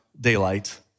daylight